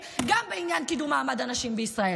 ומגוונים גם בעניין קידום מעמד הנשים בישראל.